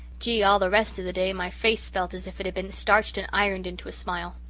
gee, all the rest of the day my face felt as if it had been starched and ironed into a smile.